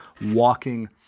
walking